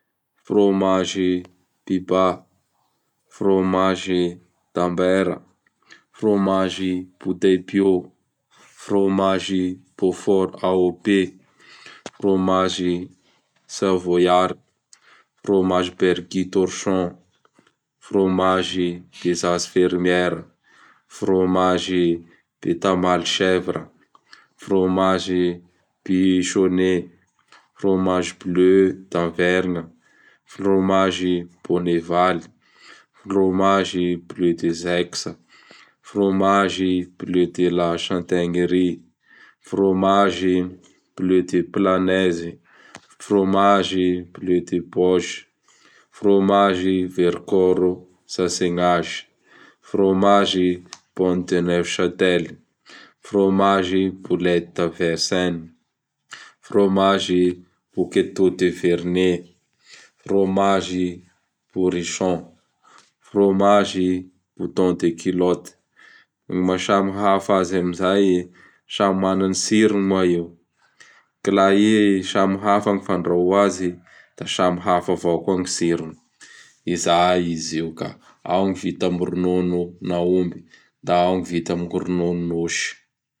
Fromage Biba, frômage d'Hamber, Fromage Bou de Pio, fromage beaufort AOP, fromage Savôiara, fromage Berky Torchon, fromage des As fermière, fromage de Tamale Chèvre, fromage guichôné, fromage bleu d'Havergne, fromage Boneval, fromage bleu des ex, fromage Bleu de la Chantegnerie, fromage Bleu de Flanaise, fromage bleu de Bose, fromage vercord sachegnage, fromage BON de Neuf Shatelle, fromage boulette d'Avenesegne, fromage Boketeau de Verne, fromage Pourichon, fromage bouton de Culotte. Gny maha samihafa azy amin'izay, samy mana gny tsirony moa io. K la i samihafa gny fandrahoa azy, da samihafa avao koa gny tsirony. Izay izy io ka ao: gny vita amin'gny rononon'Aomby, Da ao ñy vita amin'gny ronon'Osy.